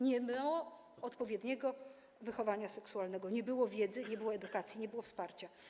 Nie było odpowiedniego wychowania seksualnego, nie było wiedzy, nie było edukacji, nie było wsparcia.